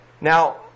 Now